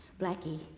Blackie